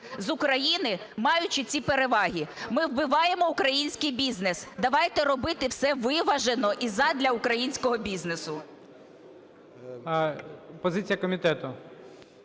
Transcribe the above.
з України, маючи ці переваги? Ми вбиваємо український бізнес. Давайте робити все виважено і задля українського бізнесу.